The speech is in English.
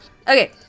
Okay